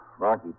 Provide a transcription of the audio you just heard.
Rocky